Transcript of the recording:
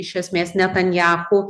iš esmės netanyahu